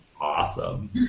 awesome